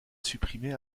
supprimé